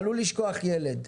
עלול לשכוח ילד.